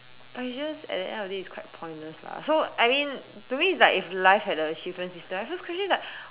but it's just at the end of the day is quite pointless lah so I mean to me it's like if life had an achievement system my first question is like